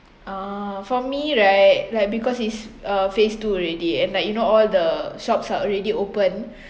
uh for me right like because it's uh phase two already and like you know all the shops are already open